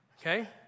Okay